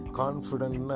confident